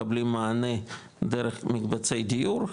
מקבלים מענה דרך מקבצי דיור,